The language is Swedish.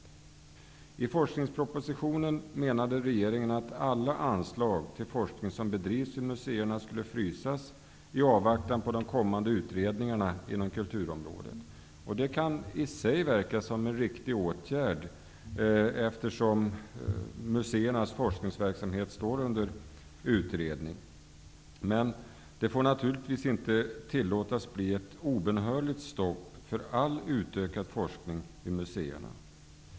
I forskningspropositionen menade regeringen att alla anslag till forskning som bedrivs vid museerna skulle frysas i avvaktan på kommande utredningar inom kulturområdet. Det kan i sig verka som en riktig åtgärd, eftersom museernas forskningsverksamhet står under utredning. Men det får naturligtvis inte tillåtas bli ett obönhörligt stopp för all utökad forskning vid museerna.